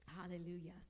Hallelujah